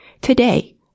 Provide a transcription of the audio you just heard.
Today